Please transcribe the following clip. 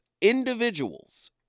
individuals